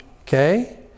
okay